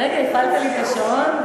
רגע, הפעלת לי את השעון?